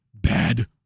bad